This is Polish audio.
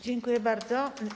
Dziękuję bardzo.